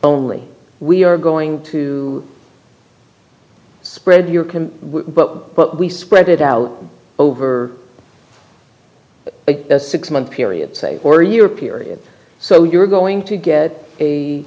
only we are going to spread your can what we spread it out over a six month period say four year period so you're going to get a